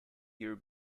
year